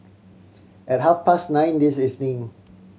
at half past nine this evening